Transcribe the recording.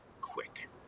quick